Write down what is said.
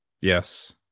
Yes